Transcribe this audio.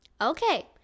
Okay